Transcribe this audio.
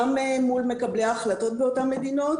גם מול מקבלי ההחלטות באותן מדינות,